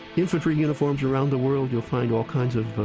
infantry uniforms around the world, you'll find all kinds of